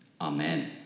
Amen